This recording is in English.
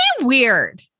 weird